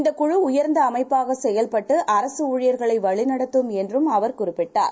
இந்தகுழுஉயர்ந்தஅமைப்பாகசெயல்பட்டு அரசுஊழியர்களைவழிநடத்தும்என்றும்அவர்குறிப்பிட்டார்